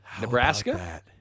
Nebraska